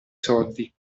soldi